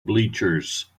bleachers